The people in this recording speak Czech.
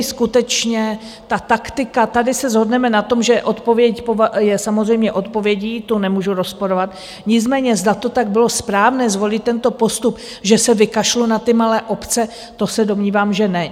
Skutečně ta taktika, tady se shodneme na tom, že odpověď je samozřejmě odpovědí, to nemůžu rozporovat, nicméně zda to tak bylo správné, zvolit tento postup, že se vykašlu na ty malé obce, to se domnívám, že ne.